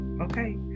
okay